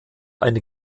eine